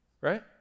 right